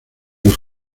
los